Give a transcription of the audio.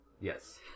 yes